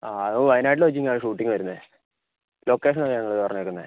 ആ അത് വയനാട്ടിൽ വച്ചിട്ടാണ് ഷൂട്ടിംഗ് വരുന്നത് ലൊക്കേഷനാണ് ഞങ്ങൾ പറഞ്ഞേക്കുന്നത്